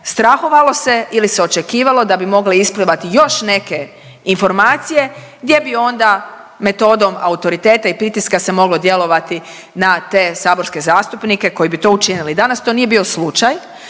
strahovalo se ili se očekivalo da bi mogle isplivati još neke informacije gdje bi onda metodom autoriteta i pritiska se moglo djelovati na te saborske zastupnike koji bi to učinili. Danas to nije bio slučaj